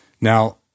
Now